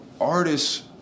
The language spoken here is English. artists